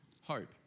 Hope